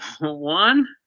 One